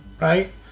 Right